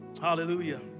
Hallelujah